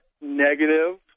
negative